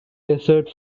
desert